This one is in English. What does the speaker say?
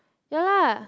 yeah lah